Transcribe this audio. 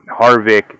Harvick